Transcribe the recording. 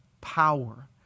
power